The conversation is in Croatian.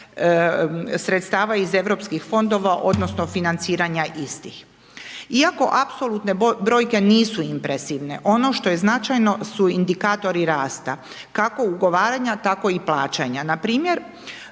sredstva iz europskih fondova odnosno financiranja istih. Iako apsolutne brojke nisu impresivne, ono što je značajno su indikatori rasta kako ugovaranja tako i plaćanja.